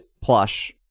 plush